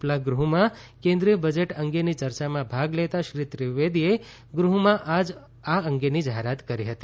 ઉપલા ગૃહમાં કેન્દ્રીય બજેટ અંગેની ચર્ચામાં ભાગ લેતાં શ્રી ત્રિવેદીએ ગૃહમાં જ આ અંગેની જાહેરાત કરી હતી